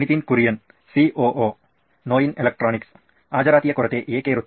Nitin Kurian COO ನೋಯಿನ್ electronics ಹಾಜರಾತಿಯ ಕೊರತೆ ಏಕೆ ಇರುತ್ತದೆ